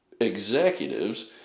executives